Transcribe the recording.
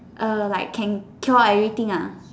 err like can cure everything uh